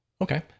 Okay